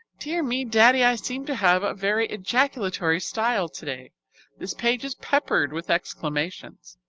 dear me, daddy, i seem to have a very ejaculatory style today this page is peppered with exclamations.